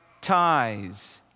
ties